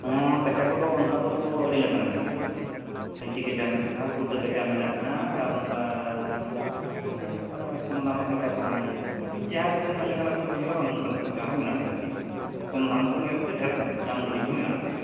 ᱦᱚᱸ ᱠᱟᱪᱷᱟ ᱠᱚᱫᱚ ᱚᱱᱠᱟ ᱫᱚ ᱟᱹᱰᱤ ᱞᱮᱠᱟᱱᱟᱜ ᱢᱮᱱᱟᱜᱼᱟ ᱯᱟᱹᱧᱪᱤ ᱠᱟᱪᱷᱟ ᱢᱮᱱᱟᱜᱼᱟ ᱯᱷᱩᱴᱟᱹ ᱠᱟᱪᱷᱟ ᱢᱮᱱᱟᱜᱼᱟ ᱟᱨ ᱱᱚᱝᱠᱟ ᱟᱵᱚ ᱡᱟᱦᱟᱸ ᱞᱮᱠᱟ ᱠᱚᱢ ᱫᱟᱢᱟᱜ ᱠᱟᱪᱷᱟ ᱠᱚᱦᱚᱸ ᱢᱮᱱᱟᱜᱼᱟ ᱟᱹᱵᱤᱱ ᱡᱟᱦᱟᱸ ᱛᱤᱱᱟᱹᱜ ᱞᱮᱠᱟᱱᱟᱜ ᱵᱮᱱ ᱠᱷᱚᱡᱚᱜᱼᱟ ᱚᱱᱚᱱᱠᱟᱱᱟᱜ ᱠᱟᱪᱷᱟ ᱦᱚᱸ ᱢᱮᱱᱟᱜ ᱟᱠᱟᱫ ᱜᱮᱭᱟ ᱠᱚᱢ ᱫᱟᱢ ᱠᱷᱚᱱ ᱮᱦᱚᱵ ᱠᱟᱛᱮᱫ ᱰᱷᱮᱹᱨ ᱫᱟᱢ ᱫᱷᱟᱹᱨᱤᱡ ᱦᱚᱸ ᱢᱮᱱᱟᱜ ᱟᱠᱟᱫᱟ